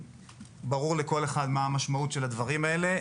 ברור לכל אחד מה המשמעות של הדברים האלה.